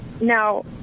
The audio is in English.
Now